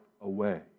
away